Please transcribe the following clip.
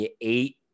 eight